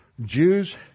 Jews